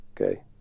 Okay